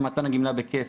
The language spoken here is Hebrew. לבין מתן הגמלה ב-כסף.